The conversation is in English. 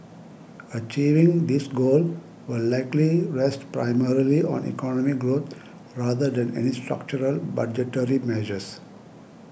achieving this goal will likely rest primarily on economic growth rather than any structural budgetary measures